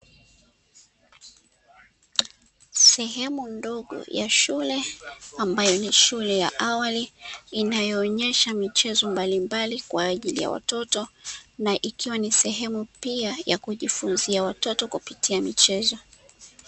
Sehemu ndogo ya shule ambayo ni shule ya awali inayoonyesha michezo mbalimbali kwa ajili ya watoto, na ikiwa ni sehemu pia ya kujifunzia watoto kupitia michezo.